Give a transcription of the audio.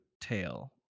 tail